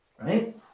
right